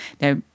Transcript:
Now